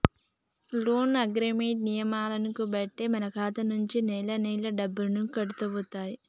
loan agreement నియమాలను బట్టే మన ఖాతా నుంచి నెలనెలా డబ్బులు కట్టవుతాయి